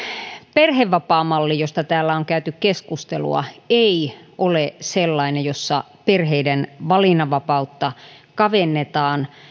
perhevapaamalli josta täällä on käyty keskustelua ei ole sellainen jossa perheiden valinnanvapautta kavennetaan